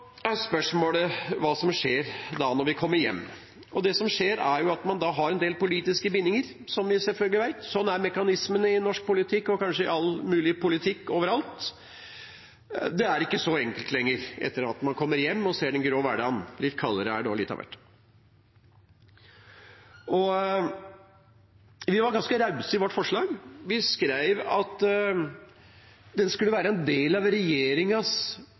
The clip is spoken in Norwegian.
er spørsmålet hva som skjer når vi kommer hjem. Det som skjer, er at man har en del politiske bindinger, som vi selvfølgelig vet. Sånn er mekanismene i norsk politikk og kanskje i all mulig politikk overalt. Det er ikke så enkelt lenger etter at man kommer hjem og ser den grå hverdagen. Litt kaldere er det også. Vi var ganske rause i vårt forslag. Vi skrev at det skulle være en del av